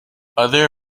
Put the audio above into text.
other